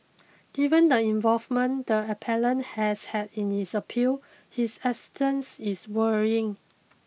given the involvement the appellant has had in this appeal his absence is worrying